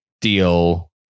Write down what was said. deal